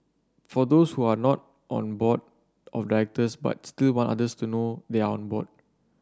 for those who are not on board of directors but still want others to know they are on board